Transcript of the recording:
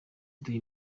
uduha